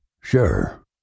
Sure